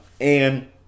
And-